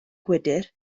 gwydr